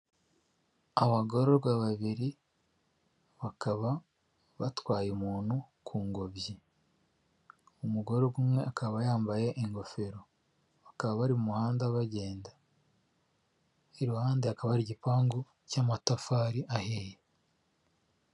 Abagororwa babiri bakaba batwaye umuntu ku ngobyi, umugore umwe akaba yambaye ingofero, bakaba bari mu muhanda bagenda iruhande hakaba hari igipangu cy'amatafari ahiye.